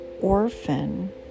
orphan